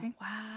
wow